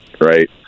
right